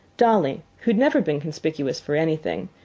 dolly, who had never been conspicuous for anything,